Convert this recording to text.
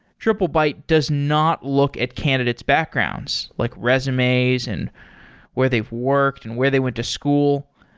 triplebyte does not look at candidate's backgrounds, like resumes and where they've worked and where they went to school.